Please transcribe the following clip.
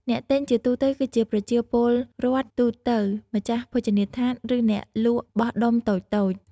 អ្នកទិញជាទូទៅគឺប្រជាពលរដ្ឋទូទៅ ម្ចាស់ភោជនីយដ្ឋាន ឬអ្នកលក់បោះដុំតូចៗ។